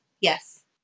Yes